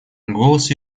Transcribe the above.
голос